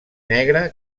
negre